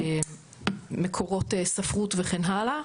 ממקורות ספרות וכן הלאה,